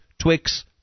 Twix